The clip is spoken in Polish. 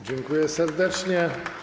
Dziękuję serdecznie.